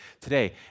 today